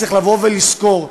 צריך לזכור,